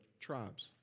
tribes